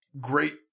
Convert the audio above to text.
great